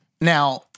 Now